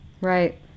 Right